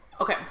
Okay